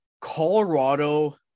Colorado